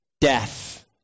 death